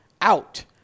out